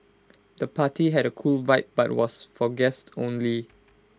the party had A cool vibe but was for guests only